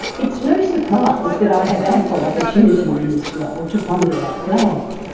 it's no surprise that i have ample opportunity in this role to ponder our flag.